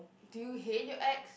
do you hate your ex